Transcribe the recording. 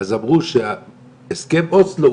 אז אמרו שהסכם אוסלו,